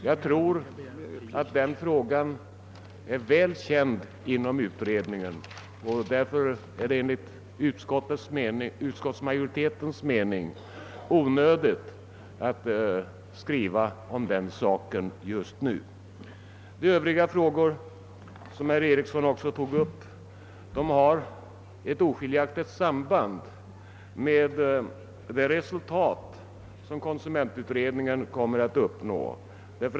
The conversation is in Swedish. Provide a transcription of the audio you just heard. Jag tror att den frågan är väl känd inom utredningen, och det är därför enligt utskottsmajoritetens mening onödigt att skriva om den saken nu. Övriga frågor som herr Eriksson i Arvika tog upp har ett oskiljaktigt samband med de resultat som konsumentutredningen kommer att uppnå.